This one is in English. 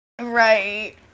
Right